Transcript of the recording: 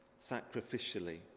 sacrificially